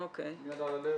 עם יד על הלב,